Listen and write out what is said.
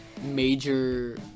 Major